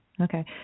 Okay